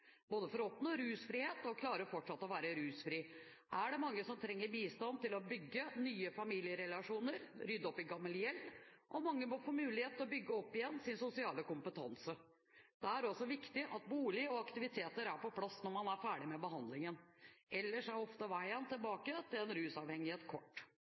både å oppnå rusfrihet og fortsatt klare å være rusfri er det mange som trenger bistand til å bygge nye familierelasjoner, rydde opp i gammel gjeld, og mange må få mulighet til å bygge opp igjen sin sosiale kompetanse. Det er også viktig at bolig og aktiviteter er på plass når man er ferdig med behandlingen. Ellers er ofte veien tilbake til rusavhengighet kort.